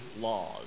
laws